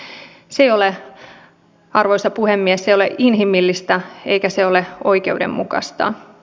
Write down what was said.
se ei ole arvoisa puhemies inhimillistä eikä se ole oikeudenmukaista